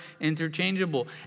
interchangeable